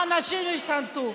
האנשים השתנו.